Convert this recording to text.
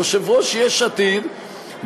יושב-ראש יש עתיד,